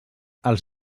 els